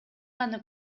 гана